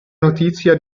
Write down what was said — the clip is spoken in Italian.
notizia